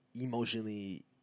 emotionally